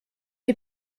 die